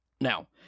Now